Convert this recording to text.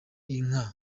inka